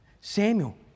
Samuel